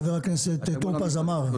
חבר הכנסת טור פז אמר.